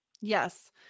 yes